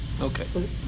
Okay